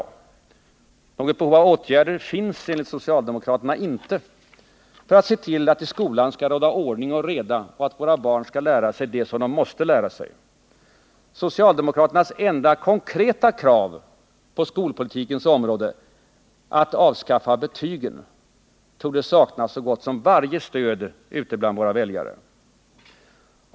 Något behov av åtgärder finns enligt socialdemokraterna inte för att se till att i skolan skall råda ordning och reda och att våra barn skall lära sig det som de måste lära sig. Socialdemokraternas enda konkreta krav på skolpolitikens område — att avskaffa betygen — torde sakna så gott som varje stöd ute bland våra väljare.